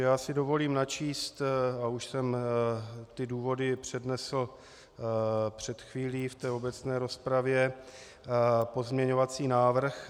Já si dovolím načíst, a už jsem ty důvody přednesl před chvílí v obecné rozpravě, pozměňovací návrh.